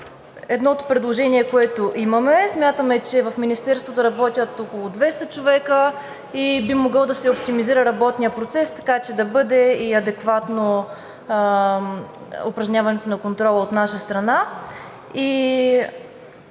едното предложение, което имаме. Смятаме, че в Министерството работят около 200 човека и би могъл да се оптимизира работният процес, така че да бъде и адекватно упражняването на контрола от наша страна.